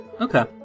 Okay